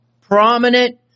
prominent